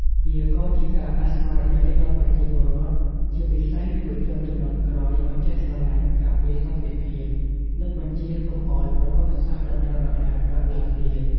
វាក៏ជាការដាស់ស្មារតីដល់ប្រជាពលរដ្ឋ ជាពិសេសយុវជនជំនាន់ក្រោយ ឱ្យចេះស្រឡាញ់ ការពារសន្តិភាព និងបញ្ចៀសកុំឱ្យប្រវត្តិសាស្ត្រដដែលៗកើតឡើងទៀត។